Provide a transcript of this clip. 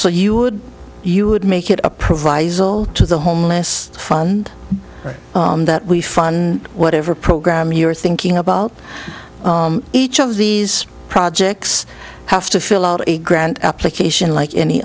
so you would you would make it a proviso to the homeless fund that we fund whatever program you're thinking about each of these projects has to fill out a grant application like any